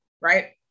right